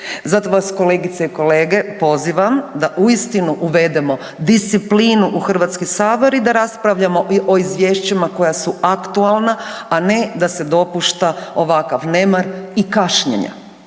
Zato vas kolegice i kolege pozivam da uistinu uvedemo disciplinu u Hrvatski sabor i da raspravljamo o izvješćima koja su aktualna a ne da se dopušta ovakav nemar i kašnjenje.